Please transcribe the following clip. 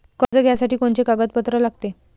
कर्ज घ्यासाठी कोनचे कागदपत्र लागते?